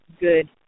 good